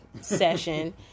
session